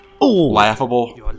Laughable